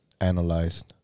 analyzed